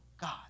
God